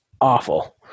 awful